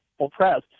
oppressed